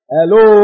Hello